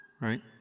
Right